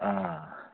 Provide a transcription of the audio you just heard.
آ